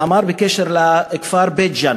שאמר בקשר לכפר בית-ג'ן